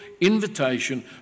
invitation